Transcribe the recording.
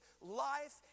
life